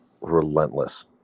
Relentless